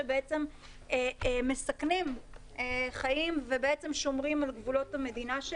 שבעצם מסכנים חיים ושומרים על גבולות המדינה.